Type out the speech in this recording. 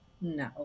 no